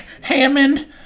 Hammond